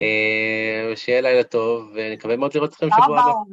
שיהיה לילה טוב, ואני מקווה מאוד לראות אתכם בשבוע הבא.